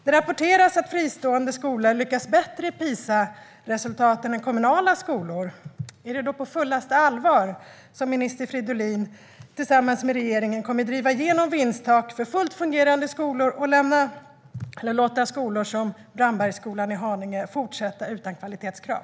Det rapporteras att fristående skolor lyckas bättre i PISA-resultaten än kommunala skolor. Är det då på fullaste allvar som minister Fridolin tillsammans med regeringen kommer att driva igenom vinsttak för fullt fungerande skolor och låta skolor som Brandbergsskolan i Haninge fortsätta utan kvalitetskrav?